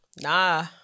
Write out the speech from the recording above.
Nah